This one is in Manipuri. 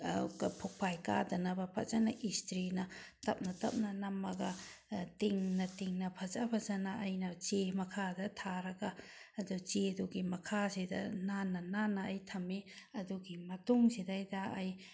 ꯀꯣꯛꯐꯥꯏ ꯀꯥꯗꯅꯕ ꯐꯖꯅ ꯏꯁꯇ꯭ꯔꯤꯅ ꯇꯞꯅ ꯇꯞꯅ ꯅꯝꯃꯒ ꯇꯤꯡꯅ ꯇꯤꯡꯅ ꯐꯖ ꯐꯖꯅ ꯑꯩꯅ ꯆꯦ ꯃꯈꯥꯗ ꯊꯥꯔꯒ ꯑꯗꯨ ꯆꯦꯗꯨꯒꯤ ꯃꯈꯥꯁꯤꯗ ꯅꯥꯟꯅ ꯅꯥꯟꯅ ꯑꯩ ꯊꯝꯃꯤ ꯑꯗꯨꯒꯤ ꯃꯇꯨꯡꯁꯤꯗꯒꯤꯁꯤꯗ ꯑꯩ